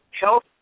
health